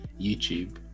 YouTube